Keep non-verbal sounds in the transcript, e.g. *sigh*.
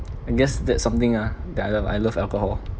*noise* I guess that's something ah that I love I love alcohol